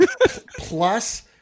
plus